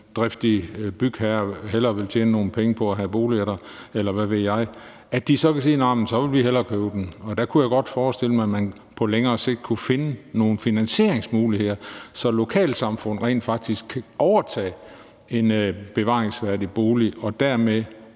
driftig bygherre hellere vil tjene nogle penge på at have boliger der, eller hvad ved jeg, sådan at de så kan sige, at så vil de hellere købe den. Og der kunne jeg godt forestille mig, at man på længere sigt kunne finde nogle finansieringsmuligheder, så lokalsamfund rent faktisk kan overtage en bevaringsværdig bolig og dermed